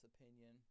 opinion